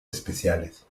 especiales